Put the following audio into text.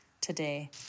today